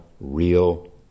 real